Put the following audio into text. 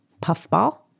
puffball